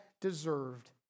deserved